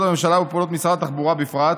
הממשלה ובפעולות משרד התחבורה בפרט.